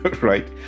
right